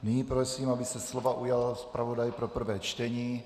Nyní prosím, aby se slova ujal zpravodaj pro prvé čtení.